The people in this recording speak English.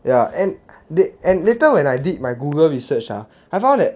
ya and they and later when I did my Google research ah I found that